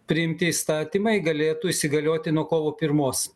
priimti įstatymai galėtų įsigalioti nuo kovo pirmos